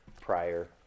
prior